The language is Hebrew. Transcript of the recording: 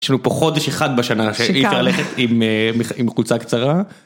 יש לנו פה חודש אחד בשנה שהיא מתהלכת עם אה... עם חולצה קצרה.